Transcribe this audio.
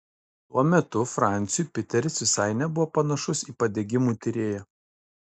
tuo metu franciui piteris visai nebuvo panašus į padegimų tyrėją